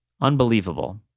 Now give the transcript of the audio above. Unbelievable